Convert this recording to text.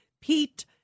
Pete